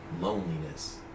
loneliness